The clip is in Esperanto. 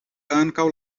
ankaŭ